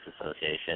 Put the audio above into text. Association